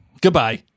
Goodbye